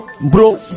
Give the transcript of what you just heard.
bro